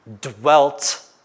dwelt